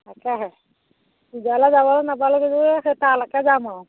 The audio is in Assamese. তাকেহে পূজালে যাবলৈ নাপালে বোলো সেই তালৈকে যাম আৰু